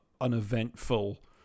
uneventful